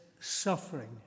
suffering